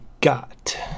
got